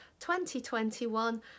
2021